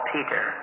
Peter